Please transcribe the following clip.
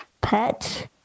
Pet